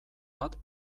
bat